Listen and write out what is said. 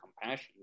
compassion